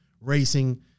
racing